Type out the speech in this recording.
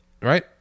right